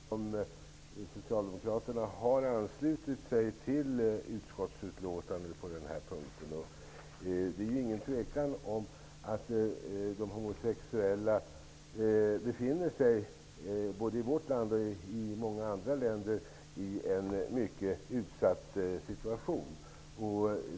Herr talman! Jag vill också gärna yttra mig i denna fråga, eftersom socialdemokraterna har anslutit sig till utskottsbetänkandet på denna punkt. Det råder inget tvivel om att de homosexuella, både i vårt land och i många andra länder, befinner sig i en mycket utsatt situation.